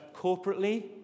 corporately